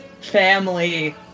family